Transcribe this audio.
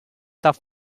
tough